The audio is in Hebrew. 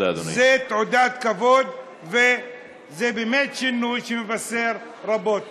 זה תעודת כבוד וזה באמת שינוי שמבשר רבות.